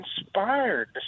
inspired